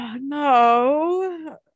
No